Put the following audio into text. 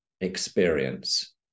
experience